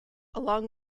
along